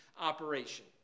operation